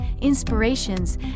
Inspirations